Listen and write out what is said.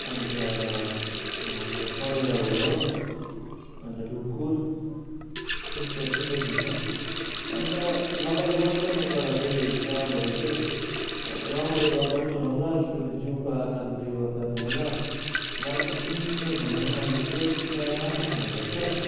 अनि त्यहाँबाट यो परेवा भयो अन्त ढुकुर त्यस्तोहरू नै देखिन्छ अन्त मलाई मन पर्ने चरा चाहिँ त्यहाँभरि चाहिँ अब रङ्गले गर्दा पनि होला कि त त्यो जिउको आकारले गर्दा पनि होला मलाई चाहिँ त्यो किङ्ग फिसर भन्ने नै मन पर्छ त्यसले चाहिँ प्रायः माछा खाने गर्छ